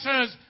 says